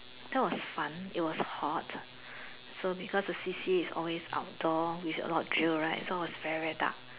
that was fun it was hot so because the C_C_A was always outdoor with a lot of drill right so it was very very dark